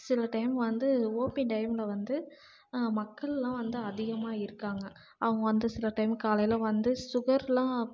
சில டைம் வந்து ஓபி டைமில் வந்து மக்கள்லாம் வந்து அதிகமாக இருக்காங்க அவங்க வந்து சில டைம் காலையில் வந்து சுகர்லாம்